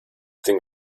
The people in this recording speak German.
den